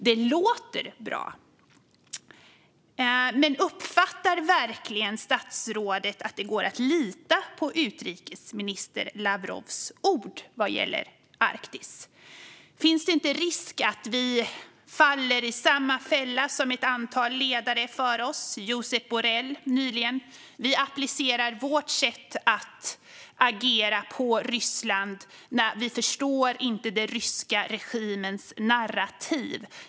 Det låter bra. Men uppfattar statsrådet verkligen att det går att lita på utrikesminister Lavrovs ord vad gäller Arktis? Finns det inte risk att vi faller i samma fälla som ett antal ledare före oss, till exempel Josep Borrell nyligen? Vi applicerar vårt sätt att agera på Ryssland. Vi förstår inte den ryska regimens narrativ.